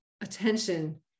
attention